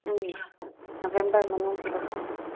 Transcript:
ꯎꯝ November ꯃꯅꯨꯡꯁꯤꯗꯀꯣ